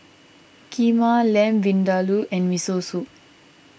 Kheema Lamb Vindaloo and Miso Soup